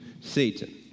Satan